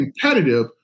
competitive